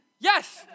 Yes